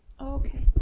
Okay